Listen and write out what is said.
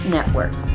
Network